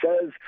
says